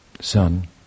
son